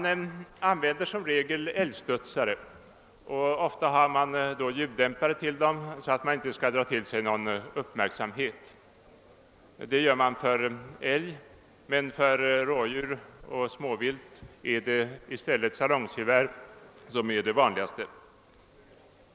För älgjakten använder man som regel älgstudsare, ofta försedd med ljuddämpare för att man inte skall dra till sig någon uppmärksamhet. För rådjur och småvilt är i stället salongsgevär det vanligaste.